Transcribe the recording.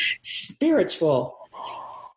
spiritual